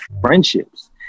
friendships